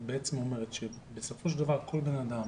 את בעצם אומרת שבסופו של דבר כל בן אדם